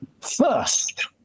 first